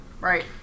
Right